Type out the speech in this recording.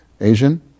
Asian